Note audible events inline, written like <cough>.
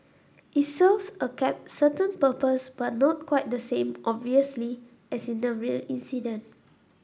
it serves a <unintelligible> certain purpose but not quite the same obviously as in a real incident